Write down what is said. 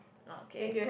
okay